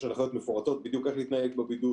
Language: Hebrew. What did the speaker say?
יש הנחיות מפורטות בדיוק איך להתנהג בבידוד,